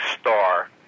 star